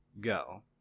Go